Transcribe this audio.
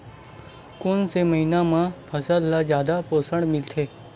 कोन से महीना म फसल ल जादा पोषण मिलथे?